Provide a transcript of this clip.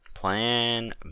Plan